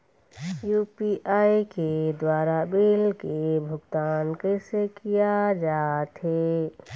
UPI के द्वारा bill के भुगतान कैसे किया जाथे?